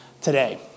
today